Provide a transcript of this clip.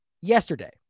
yesterday